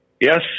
Yes